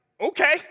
okay